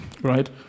right